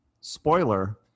Spoiler